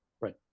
Right